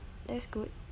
that's good